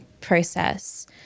process